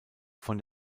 von